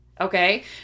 Okay